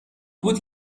بود